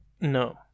No